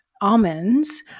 almonds